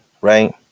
right